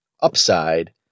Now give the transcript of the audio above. upside